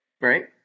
right